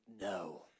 no